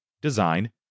design